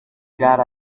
got